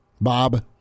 Bob